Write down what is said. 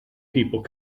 people